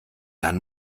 dann